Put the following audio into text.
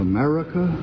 America